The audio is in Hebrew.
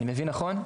אני מבין נכון?